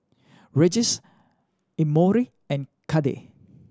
Regis Emory and Cade